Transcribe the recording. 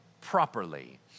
properly